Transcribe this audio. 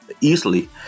easily